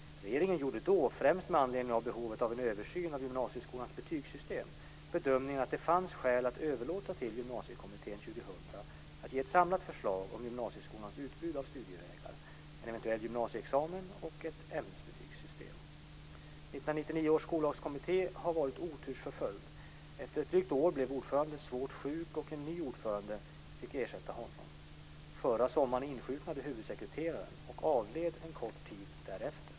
Regeringen gjorde då, främst med anledning av behovet av en översyn av gymnasieskolans betygssystem, bedömningen att det fanns skäl att överlåta till Gymnasiekommittén 2000 att ge ett samlat förslag om gymnasieskolans utbud av studievägar, en eventuell gymnasieexamen och ett ämnesbetygssystem. 1999 års skollagskommitté har varit otursförföljd. Efter ett drygt år blev ordföranden svårt sjuk och en ny ordförande fick ersätta honom. Förra sommaren insjuknade huvudsekreteraren och avled en kort tid därefter.